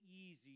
easy